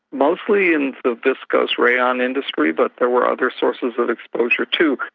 mostly in the viscose rayon industry but there were other sources of exposure too.